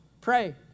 Pray